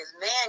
man